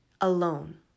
alone